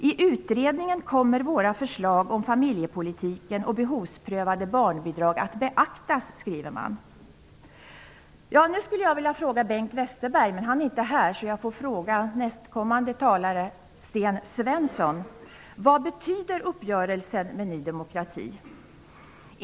I utredningen kommer våra förslag om familjepolitiken och behovsprövade barnbidrag att beaktas, skriver man. Jag skulle vilja ställa en fråga till Bengt Westerberg, men han är inte här. Därför får jag fråga Sten Svensson som strax skall tala här: Vad betyder uppgörelsen med Ny demokrati?